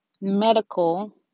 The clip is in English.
medical